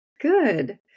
Good